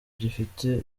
gifite